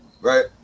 Right